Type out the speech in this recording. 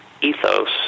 ethos